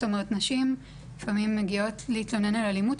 נשים לפעמים מגיעות להתלונן על אלימות,